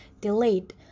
delayed